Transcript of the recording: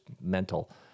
mental